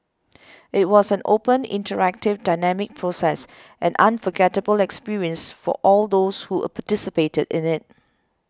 it was an open interactive dynamic process an unforgettable experience for all those who participated in it